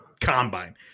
combine